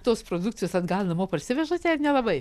tos produkcijos atgal namo parsivežate ar nelabai